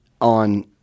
on